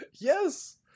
Yes